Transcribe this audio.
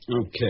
Okay